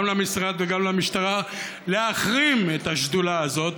למשרד וגם למשטרה להחרים את השדולה הזאת,